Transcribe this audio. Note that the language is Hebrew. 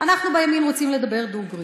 אנחנו בימין רוצים לדבר דוגרי.